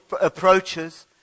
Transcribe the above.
approaches